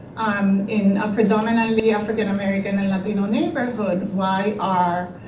um in a predominantly african american and latino neighborhood why are.